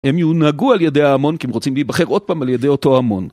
הם יונהגו על ידי ההמון כי הם רוצים להיבחר עוד פעם על ידי אותו המון.